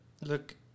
Look